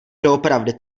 doopravdy